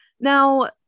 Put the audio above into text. now